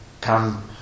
come